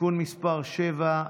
(תיקון מס' 7),